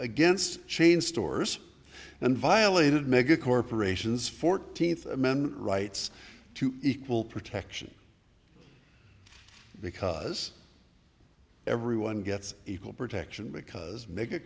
against chain stores and violated mega corporations fourteenth amendment rights to equal protection because everyone gets equal protection because